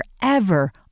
forever